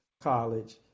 college